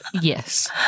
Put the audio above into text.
yes